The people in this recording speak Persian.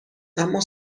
اما